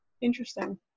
Interesting